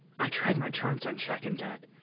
i tried my charms on shac and dud.